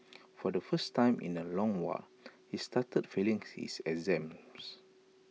for the first time in A long while he started failing his exams